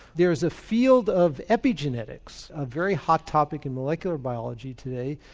there's a field of epigenetics, a very hot topic in molecular biology today,